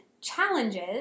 challenges